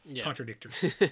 Contradictory